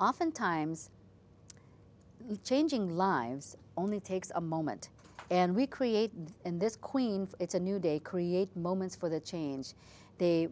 often times changing lives only takes a moment and we create in this queen it's a new day create moments for the change they